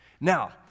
Now